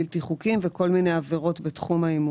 אם הסכום הוא